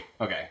Okay